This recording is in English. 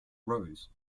rose